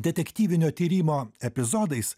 detektyvinio tyrimo epizodais